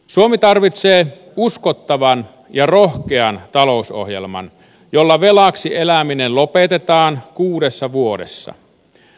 suomi tarvitsee uskottavan ja rohkean talousohjelman jolla velaksi eläminen lopetetaan kuudessa vuodessa